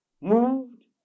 moved